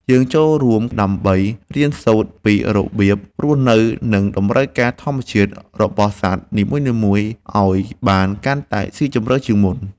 យើងចូលរួមដើម្បីរៀនសូត្រពីរបៀបរស់នៅ និងតម្រូវការធម្មជាតិរបស់សត្វនីមួយៗឱ្យបានកាន់តែស៊ីជម្រៅជាងមុន។